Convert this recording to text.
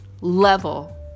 level